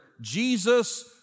Jesus